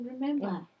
remember